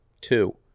two